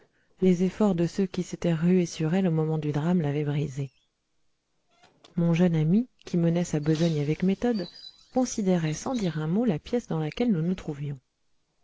les efforts de ceux qui s'étaient rués sur elle au moment du drame l'avaient brisée mon jeune ami qui menait sa besogne avec méthode considérait sans dire un mot la pièce dans laquelle nous nous trouvions